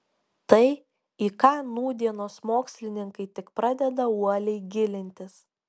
tai į ką nūdienos mokslininkai tik pradeda uoliai gilintis